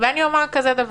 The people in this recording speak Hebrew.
שוועדת משנה למודיעין לא